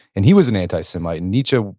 and he was an antisemite. nietzsche,